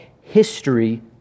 history